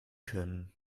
können